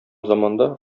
заманда